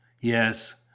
Yes